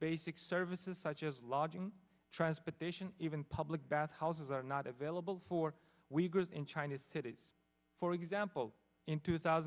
basic services such as lodging transportation even public bath houses are not available for we girls in chinese cities for example in two thousand